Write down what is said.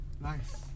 Nice